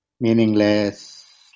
meaningless